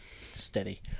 Steady